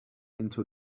into